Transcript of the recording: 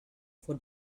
for